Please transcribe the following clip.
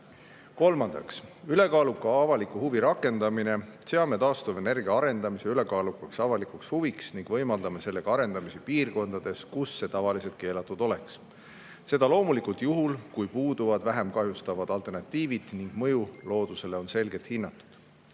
Kolmandaks, ülekaaluka avaliku huvi rakendamine. Seame taastuvenergia arendamise ülekaalukaks avalikuks huviks ning võimaldame sellega arendamise piirkondades, kus see tavaliselt keelatud oleks. Seda loomulikult juhul, kui puuduvad vähem kahjustavad alternatiivid ning mõju loodusele on selgelt